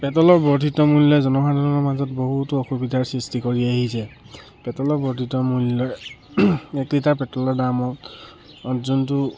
পেট্ৰলৰ বৰ্ধিত মূল্য জনসাধাৰণৰ মাজত বহুতো অসুবিধাৰ সৃষ্টি কৰি আহিছে পেট্ৰলৰ বৰ্ধিত মূল্য এক লিটাৰ পেট্ৰলৰ দামত যোনটো